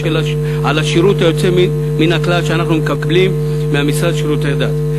על השירות היוצא מן הכלל שאנחנו מקבלים מהמשרד לשירותי הדת.